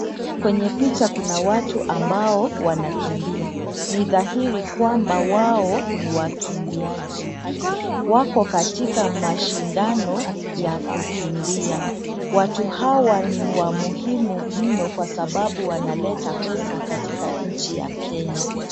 Kwenye picha kuna watu ambao wanakimbia. Ni dhairi kwamba wao ni wakimbiaji. Wako katika mashindano ya kukimbia. Watu hawa ni wa muhimu mno kwa sababu wanaleta pesa katika nchi ya Kenya.